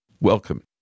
welcome